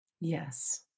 Yes